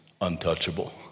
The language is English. untouchable